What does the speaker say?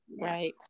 Right